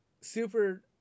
super